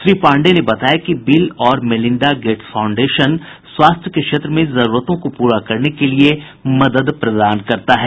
श्री पांडेय ने बताया कि बिल और मेलिंडा गेट्स फाउंडेशन स्वास्थ्य के क्षेत्र में जरुरतों को पूरा करने के लिए मदद प्रदान करता है